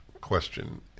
question